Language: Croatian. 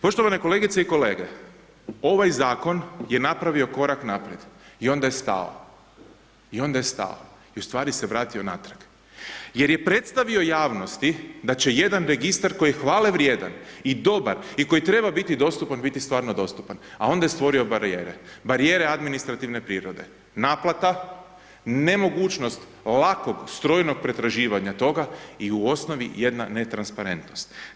Poštovane kolegice i kolege, ovaj Zakon je napravio korak naprijed i onda je stao i u stvari se vratio natrag jer je predstavio javnosti da će jedan registar koji je hvale vrijedan i dobar i koji treba biti dostupan, biti stvarno dostupan, a onda je stvorio barijere, barijere administrativne prirode, naplata, nemogućnost lakog strojnog pretraživanja toga i u osnovi jedna netransparentnost.